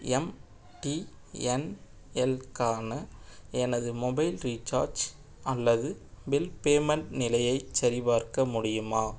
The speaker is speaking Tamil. எம்டிஎன்எல்லுக்கான எனது மொபைல் ரீசார்ஜ் அல்லது பில் பேமெண்ட் நிலையைச் சரிபார்க்க முடியுமா